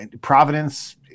providence